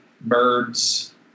Birds